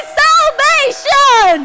salvation